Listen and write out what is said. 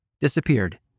disappeared